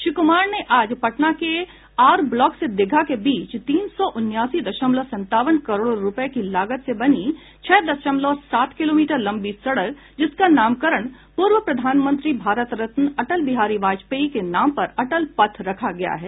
श्री कुमार ने आज पटना के आर ब्लॉक से दीघा के बीच तीन सौ उन्यासी दशमलव संतावन करोड़ रुपये की लागत से बनी छह दशमलव सात किलोमीटर लंबी सड़क जिसका नामकरण पूर्व प्रधानमंत्री भारत रत्न अटल बिहारी वाजपेयी के नाम पर अटल पथ रखा गया है